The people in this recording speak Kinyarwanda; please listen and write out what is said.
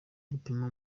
gupima